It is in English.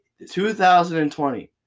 2020